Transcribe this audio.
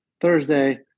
Thursday